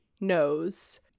knows